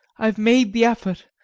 i have made the effort,